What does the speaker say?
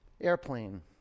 Airplane